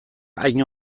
hain